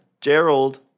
Gerald